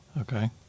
okay